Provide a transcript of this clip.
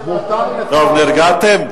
מותר לשר, נרגעתם?